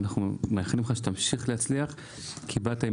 ואנחנו מאחלים לך שתמשיך להצליח כי באת עם